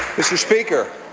mr. speaker,